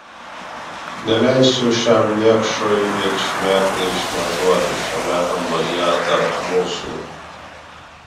neleisiu šiam niekšui it šmėklai šmėžuoti šiame kambaryje tarp mūsų